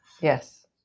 Yes